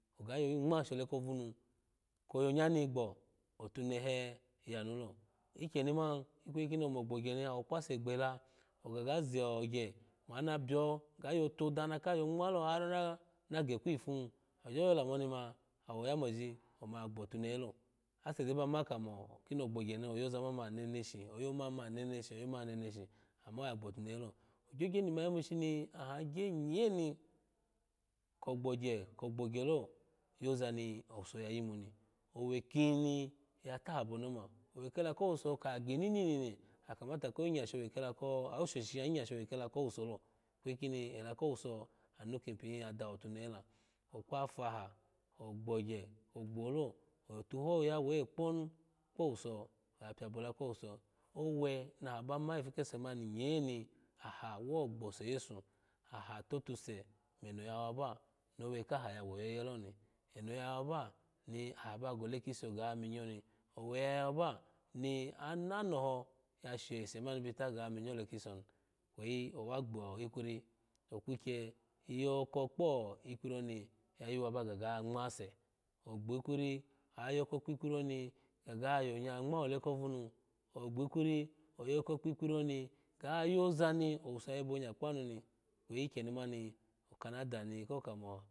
Oga yoyi ngm shole kovonu kwo yanya gbo atuneha ya nu lo ikyeni mani ikweyi koni omo gbogye ni awo kpase gbela oga ga zogye ana biyo na yo toda anaka yo ngmato ha ha na geku ipu ogyo yolamoni ma oyo gbotunehelo ase de ba ma kamo kini ogbogye ni oyaza mani ma meneshi oyo mani weneshi oyo mani neneshi ama oya gbotu nehelo ogyogye ni iya yimu shi ahagyenye mikwo gbogye ko gbogyelo yoza ni owuso ya yimu ni owe kini ya tahabo ni oma owe kelu owuso ka ginini kini akamata oshoshi sha nyinya showe kela kowusolo ikwey ko da kowaso ano kipiya daha otunehela okpa faha oghogye ko gbolo yo tuho ya woye kponu kpowuso aya biyabola kowuso oweni abamu ipu kese mani nye ni aha woghosoye aha tutuse meno yawa ba ni owekaha ya woyeye loni eno yawu ba na ba gohe kiso ga miyo owe ya waba anonoho ya shese mari bita gaminyo ole kiso ni kweyi owa gbo ikwiri okwikye yoko kpo ikwirini ya yuwa ba ga gagangmase ogbo kwiri ayoko kpikwiri ga ga yo yonya ngma ole kononu ogbikwir oyoko kpo ikwiri ga yoza ni owuso ya yobonya kpanu mi kwikye ni mai aka na da ni ka kamo